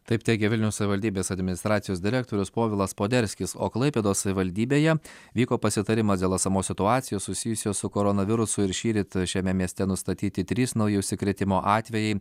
taip teigia vilniaus savivaldybės administracijos direktorius povilas poderskis o klaipėdos savivaldybėje vyko pasitarimas dėl esamos situacijos susijusios su koronavirusu ir šįryt šiame mieste nustatyti trys nauji užsikrėtimo atvejai